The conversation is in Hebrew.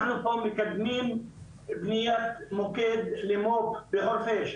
אנחנו פה מקדמים מיד מוקד למו"פ בחורפיש,